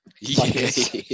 Yes